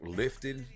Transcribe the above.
lifted